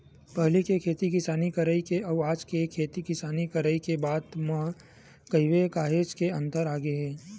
पहिली के खेती किसानी करई के अउ आज के खेती किसानी के करई के बात ल कहिबे काहेच के अंतर आगे हे